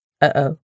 Uh-oh